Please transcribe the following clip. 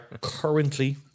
currently